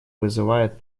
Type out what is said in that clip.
вызывает